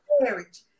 marriage